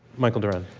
michael doran?